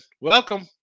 welcome